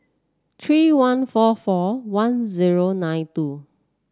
three one four four one zero nine two